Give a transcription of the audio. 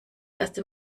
erste